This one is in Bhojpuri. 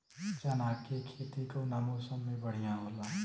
चना के खेती कउना मौसम मे बढ़ियां होला?